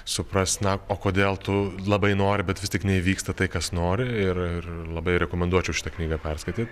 suprast na o kodėl tu labai nori bet vis tik neįvyksta tai kas nori ir ir labai rekomenduočiau šitą knygą perskaityt